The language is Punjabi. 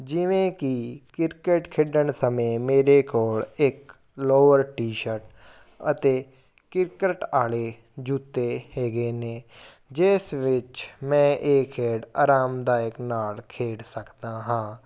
ਜਿਵੇਂ ਕੀ ਕ੍ਰਿਕਟ ਖੇਡਣ ਸਮੇਂ ਮੇਰੇ ਕੋਲ ਇੱਕ ਲੋਅਰ ਟੀ ਸ਼ਰਟ ਅਤੇ ਕ੍ਰਿਕਟ ਆਲੇ ਜੁੱਤੇ ਹੈਗੇ ਨੇ ਜਿਸ ਵਿੱਚ ਮੈਂ ਇਹ ਖੇਡ ਅਰਾਮਦਾਇਕ ਨਾਲ ਖੇਡ ਸਕਦਾ ਹਾਂ